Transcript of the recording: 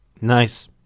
Nice